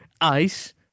Ice